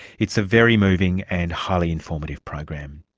it's a very moving and highly informative program.